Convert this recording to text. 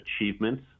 achievements